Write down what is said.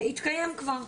התקיים כבר,